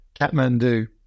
Kathmandu